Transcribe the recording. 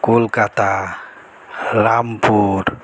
Kolkata Rampur